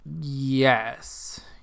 Yes